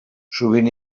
sovint